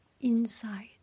inside